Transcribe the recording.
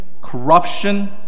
corruption